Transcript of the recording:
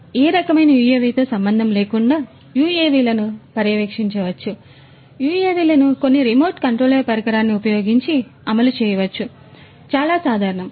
కాబట్టి ఇది ఏ రకమైన యుఎవితో సంబంధం లేకుండా యుఎవిలను పర్యవేక్షించవచ్చు లేదా యుఎవిలను కొన్ని రిమోట్ కంట్రోల్ పరికరాన్ని ఉపయోగించి అమలు చేయవచ్చు ఇది చాలా సాధారణం